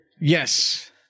Yes